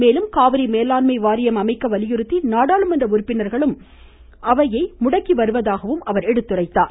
மேலும் காவிரி மேலாண்மை வாரியம் அமைக்க வலியுறுத்தி நாடாளுமன்ற உறுப்பினர்களும் அவையை முடக்கி வருவதாகவும் அவர் எடுத்துரைத்தார்